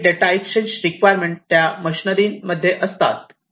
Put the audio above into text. हाय speed data exchange requirement त्या मशीनरीमध्ये असतात